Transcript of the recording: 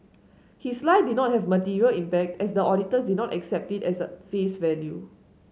his lie did not have material impact as the auditors did not accept it at face value